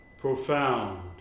Profound